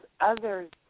others